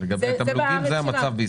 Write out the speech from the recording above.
לגבי התמלוגים זה המצב בישראל.